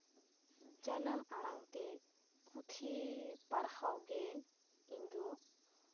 ᱡᱟᱱᱟᱢ ᱟᱲᱟᱝᱛᱮ ᱯᱩᱛᱷᱤ ᱯᱟᱲᱦᱟᱣ ᱜᱮ ᱤᱧ ᱫᱚ